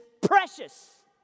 precious